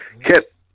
Kit